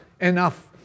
enough